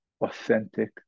authentic